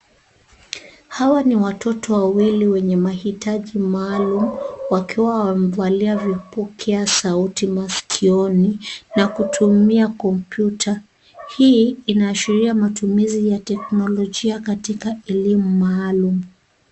Hawa ni watoto wawili wenye mahitaji maalum wakiwa wamevalia vipokea sauti maskioni na kutumia kompyuta, hii inaashiria matumizi ya teknolojia katika elimu maalum.